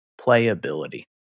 playability